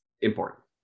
important